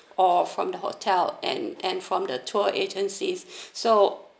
or from the hotel and and from the tour agency so